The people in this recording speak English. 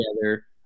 together